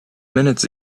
minutes